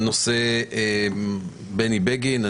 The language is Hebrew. בנושא בני בגין.